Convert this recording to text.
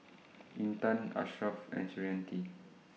Intan Ashraf and Suriati